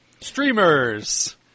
Streamers